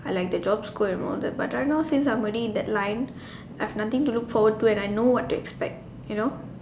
I like the job scoop and all that but right now since I'm already in that line I have nothing to look forward to and I know what to expect you know